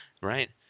Right